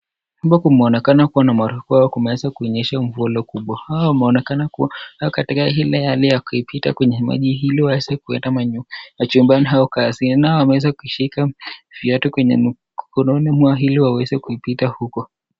Hapa kumeonekana kuwa na mafuriko au kumeweza kunyesha mvua kubwa hawa wameonekana kuwa wako katika ile hali ya kupita kwenye maji ili waweze kuenda chumbani au kazini nao wameweza kushika viatu kwenye mkononi mwao ili waweze kupita huko .